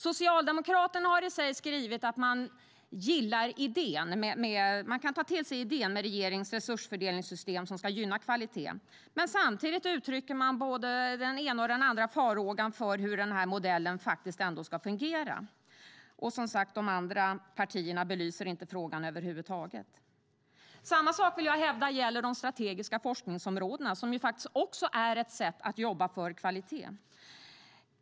Socialdemokraterna har i och för sig skrivit att man kan ta till sig idén med regeringens resursfördelningssystem som ska gynna kvaliteten, men samtidigt uttrycker man både den ena och den andra farhågan för hur den här modellen faktiskt ska fungera. Och, som sagt, de andra partierna belyser inte frågan över huvud taget. Samma sak vill jag hävda gäller de strategiska forskningsområdena, som faktiskt också är ett sätt att jobba för kvalitet.